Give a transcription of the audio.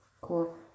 Cool